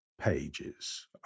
pages